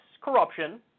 corruption